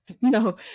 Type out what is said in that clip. No